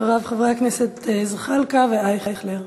אחריו, חברי הכנסת זחאלקה ואייכלר,